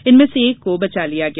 इनमें से एक को बचा लिया गया